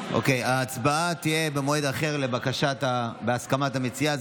ההצבעה תהיה במועד אחר בהסכמת המציעה.